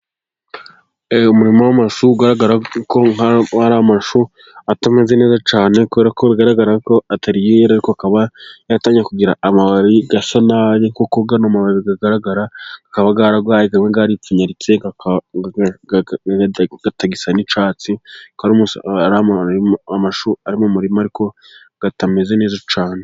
Umurima w'amashuri ugaragara ko ari amashushu atameze neza cyane, kubera ko bigaragara ko atari yera ariko akaba yatangiye kugira amababi asa nabi, kuko ano mababi agaragara aba yararwaye aba yaripfunyaritse atagisa n'icyatsi, Kandi amashu ari mu murima ariko atameze neza cyane.